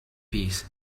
peace